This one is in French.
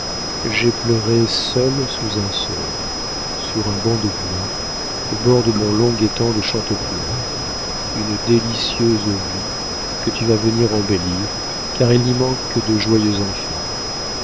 j'ai pleuré seule sous un saule sur un banc de bois au bord de mon long étang de chantepleurs une délicieuse vue que tu vas venir embellir car il n'y manque que de joyeux enfants